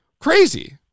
crazy